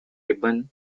ribbon